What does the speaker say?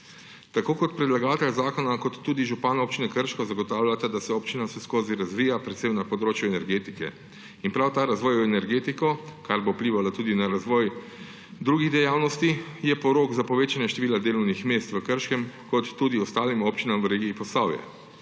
Tako predlagatelj zakona kot tudi župan občine Krško zagotavljata, da se občina vse skozi razvija predvsem na področju energetike. In prav ta razvoj v energetiko, kar bo vplivalo tudi na razvoj drugih dejavnosti, je porok za povečanje števila delovnih mest v Krškem kot tudi v ostalih občinah v regiji Posavje.